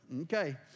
Okay